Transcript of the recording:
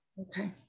Okay